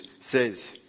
says